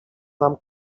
nam